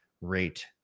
rate